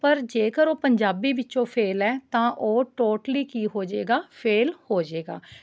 ਪਰ ਜੇਕਰ ਉਹ ਪੰਜਾਬੀ ਵਿੱਚੋਂ ਫ਼ੇਲ ਹੈ ਤਾਂ ਉਹ ਟੋਟਲੀ ਕੀ ਹੋ ਜਾਵੇਗਾ ਫ਼ੇਲ ਹੋ ਜਾਵੇਗਾ